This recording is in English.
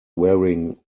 wearing